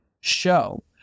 show